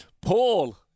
Paul